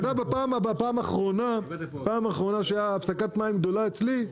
אתה יודע בפעם האחרונה שהיה הפסקת מים גדולה אצלי,